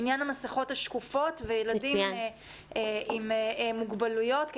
עניין המסכות השקופות וילדים עם מוגבלויות,